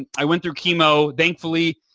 i went through chemo. thankfully,